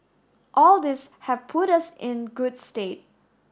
all these have put us in good stead